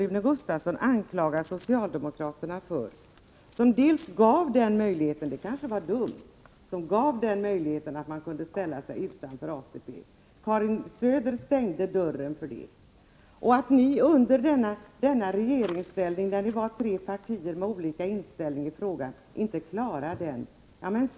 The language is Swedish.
Rune Gustavsson kan väl inte anklaga socialdemokraterna, som gav möjligheten för den som så önskade — det kanske var dumt — att ställa sig utanför ATP. Karin Söder stängde dörren för den möjligheten. Ni var tre partier i regeringsställning med olika inställning i frågan och klarade inte av detta.